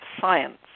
science